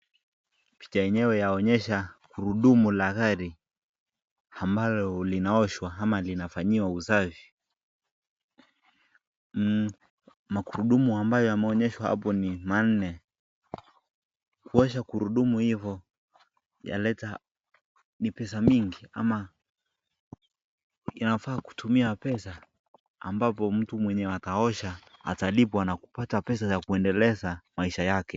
Picha yenyewe yaonyesha gurudumu la gari ambalo linaoshwa ama linafanyiwa usafi. Magurudumu ambayo yameonyeshwa hapo ni manne. Kuosha gurudumu hivo yaleta, ni pesa mingi ama inafaa kutumia pesa ambapo mtu mwenye ataosha atalipwa na kupata pesa za kuendeleza maisha yake.